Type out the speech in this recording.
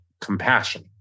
compassion